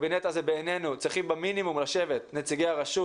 בקבינט הזה בעינינו צריכים במינימום לשבת נציגי הרשות